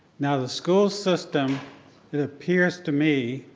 now the school system it appears to me,